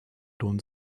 lohnen